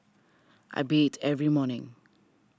I bathe every morning